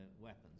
weapons